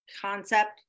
concept